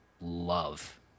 love